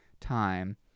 time